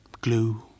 glue